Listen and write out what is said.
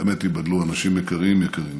באמת ייבדלו, אנשים יקרים יקרים,